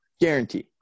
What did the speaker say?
Guarantee